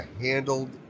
handled